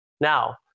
Now